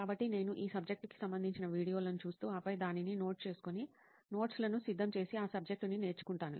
కాబట్టి నేను ఈ సబ్జెక్టు కి సంబంధించిన వీడియోలను చూస్తూ ఆపై దానిని నోట్ చేసుకొని నోట్స్ లను సిద్ధం చేసి ఆ సబ్జెక్టు ని నేర్చుకుంటాను